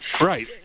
Right